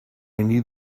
need